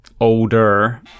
older